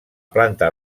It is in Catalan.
planta